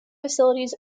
facilities